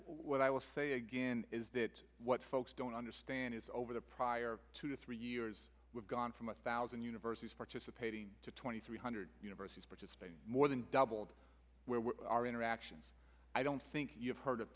what i will say again is that what folks don't understand is over the prior two three years we've gone from a thousand universities participating to twenty three hundred universities participate more than doubled our interactions i don't think you've heard